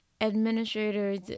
Administrators